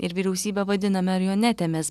ir vyriausybę vadina marionetėmis